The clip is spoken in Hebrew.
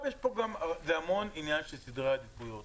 זה המון עניין של סדרי עדיפויות